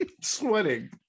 sweating